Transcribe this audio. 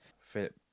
Philip